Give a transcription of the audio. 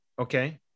okay